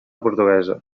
portuguesa